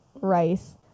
rice